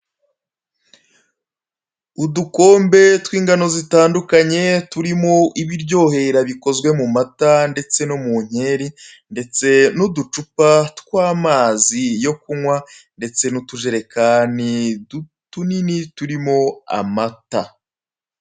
Udukombe tw'ingano zitandukanye zitandukanye turimo ibiryohera bikozwe mu mata ndetse no mu nkeri, ndetse n'uducupa tw'amazi yo kunywa ndetse n'utujerekani tunini turimo amata.